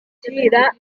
gukurira